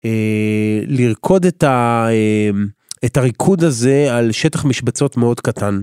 לרקוד את הריקוד הזה על שטח משבצות מאוד קטן.